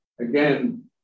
again